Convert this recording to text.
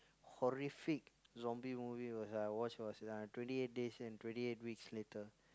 horrific zombie movies was I watch was twenty eight days and twenty eight weeks later